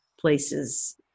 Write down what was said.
places